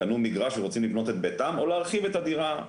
קנו מגרש ורוצים לבנות את ביתם או להרחיב את הדירה,